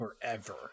Forever